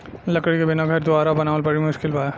लकड़ी के बिना घर दुवार बनावल बड़ी मुस्किल बा